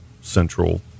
central